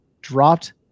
dropped